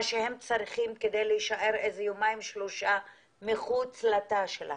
מה שהם צריכים כדי להישאר יומיים-שלושה מחוץ לתא שלהם.